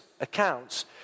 accounts